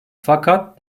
fakat